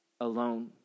alone